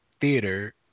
theater